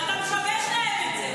ואתה משבש להם את זה.